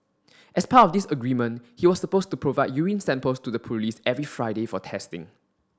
as part of this agreement he was supposed to provide urine samples to the police every Friday for testing